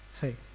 Hey